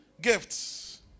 Gifts